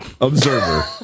observer